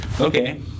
okay